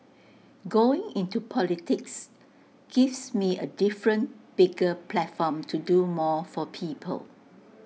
going into politics gives me A different bigger platform to do more for people